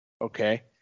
okay